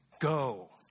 go